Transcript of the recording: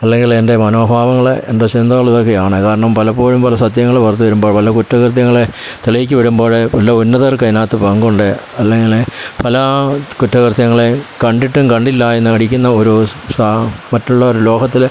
അല്ലെങ്കിൽ അതിൻ്റെ മനോഭാവങ്ങൾ എൻ്റെ ചിന്തകൾ ഇതൊക്കെയാണ് കാരണം പലപ്പോഴും പല സത്യങ്ങൾ പുറത്തു വരുമ്പോൾ പല കുറ്റകൃത്യങ്ങൾ തെളിയിച്ചു വരുമ്പോൾ പല ഉന്നതർക്ക് അതിനകത്ത് പങ്കുണ്ട് അല്ലെങ്കിൽ പല കുറ്റകൃത്യങ്ങളെയും കണ്ടിട്ടും കണ്ടില്ല എന്ന് നടിക്കുന്ന ഓരോ മറ്റുള്ളവരുടെ ലോഹത്തിൽ